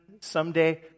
someday